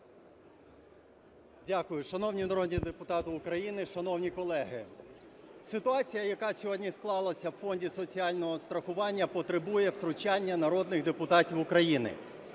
Дякую. Шановні народні депутати України, шановні колеги! Ситуація, яка сьогодні склалася у Фонді соціального страхування, потребує втручання народних депутатів України.